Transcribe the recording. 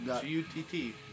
G-U-T-T